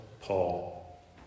Paul